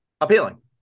Appealing